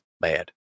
bad